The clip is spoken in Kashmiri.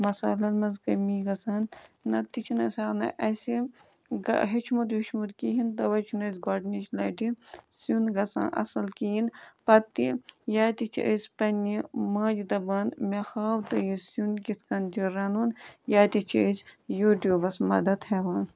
مصالَن منٛز کٔمی گَژھان نَتہٕ تہِ چھُنہٕ اَسان اَسہِ گ ہیٚچھمُت ویٚچھمُت کِہیٖنٛۍ تَوَے چھُنہٕ اَسہِ گۄڈنِچہِ لَٹہِ سیُن گژھان اَصٕل کِہیٖنٛۍ پَتہٕ یا تہِ چھِ أسۍ پنٕنہِ ماجہِ دپان مےٚ ہاو تہٕ یہِ سیُن کِتھٕ کٔنۍ تہِ رَنُن یاتہِ چھِ أسۍ یوٗ ٹیٛوٗبَس مَدَتھ ہٮ۪وان